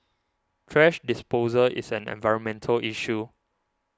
thrash disposal is an environmental issue